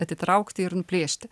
atitraukti ir nuplėšti